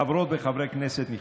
חברות וחברי כנסת נכבדים,